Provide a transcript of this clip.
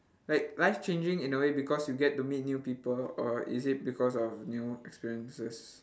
like life changing in a way because you get to meet new people or is it because of new experiences